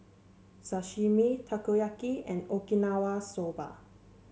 Sashimi Takoyaki and Okinawa Soba